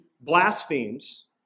blasphemes